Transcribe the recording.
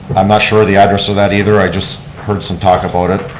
i'm not sure of the address of that either, i just heard some talk about it.